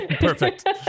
Perfect